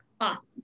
Awesome